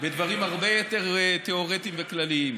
בדברים הרבה יותר תיאורטיים וכלליים.